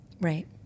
Right